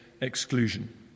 exclusion